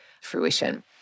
fruition